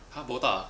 !huh! botak ah